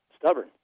stubborn